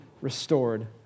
restored